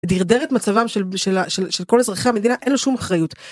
דרדר את מצבם של של ה... של של כל אזרחי המדינה, אין לו שום אחריות.